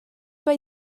mae